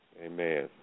Amen